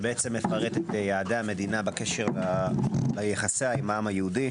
שמפרט את יעדי המדינה בקשר ליחסיה עם העם היהודי